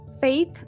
faith